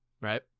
right